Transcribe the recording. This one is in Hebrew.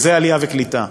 וזה עלייה וקליטה.